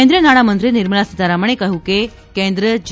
કેન્દ્રિય નાણામંત્રી નિર્મલા સીતારમણે કહ્યું છે કે કેન્દ્ર જી